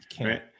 right